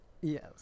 Yes